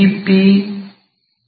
P V